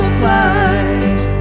flies